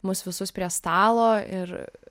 mus visus prie stalo ir